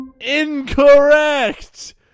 Incorrect